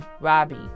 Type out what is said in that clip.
Robbie